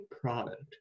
product